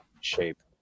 shape